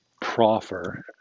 proffer